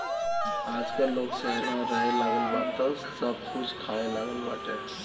आजकल लोग शहर में रहेलागल बा तअ सब कुछ खाए लागल बाटे